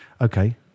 okay